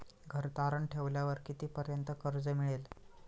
घर तारण ठेवल्यावर कितीपर्यंत कर्ज मिळेल?